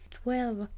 twelve